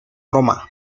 roma